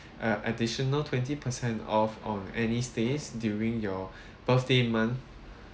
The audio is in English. uh additional twenty percent off on any stays during your birthday month